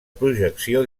projecció